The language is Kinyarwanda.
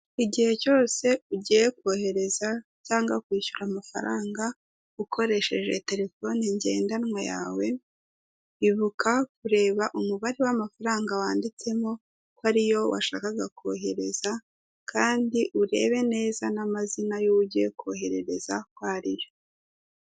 Igihe cyose ugiye kohereza cyangwa kwishyura amafaranga, ukoresheje terefone ngendanwa yawe, ibuka kureba umubare w'amafaranga wanditsemo, ko ari yo washakaga kohereza kandi urebe neza n'amazina y'uwo ugiye koherereza ko ari yo.